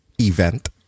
event